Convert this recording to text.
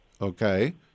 Okay